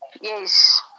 Yes